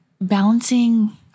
balancing